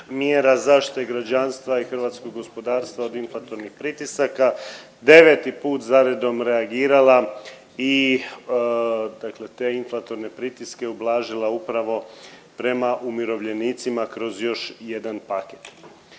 mjera zaštite građanstva i hrvatskog gospodarstva od inflatornih pritisaka deveti put zaredom reagirala i dakle te inflatorne pritiske ublažila upravo prema umirovljenicima kroz još jedan paket.